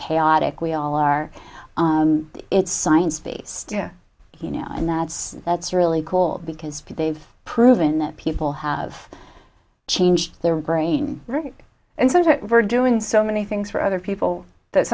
chaotic we all are it's science based you know and that's that's really cool because they've proven that people have changed their brain right and center ver doing so many things for other people that